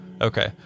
okay